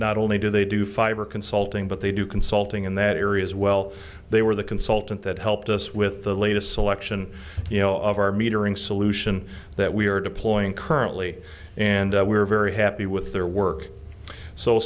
not only do they do fiber consulting but they do consulting in that area as well they were the consultant that helped us with the latest selection you know of our metering solution that we are deploying currently and we're very happy with their work so